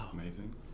Amazing